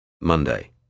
Monday